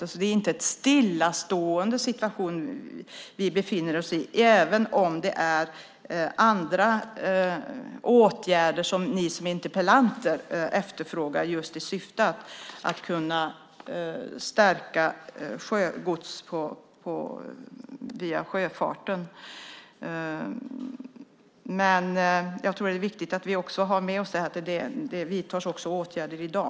Vi befinner oss alltså inte i en stillastående situation även om det är andra åtgärder som interpellanten och övriga debattörer efterfrågor just i syfte att stärka situationen i fråga om godstrafik till sjöss. Men jag tror att det är viktigt att vi har med oss att det också vidtas åtgärder i dag.